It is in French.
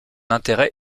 intérêt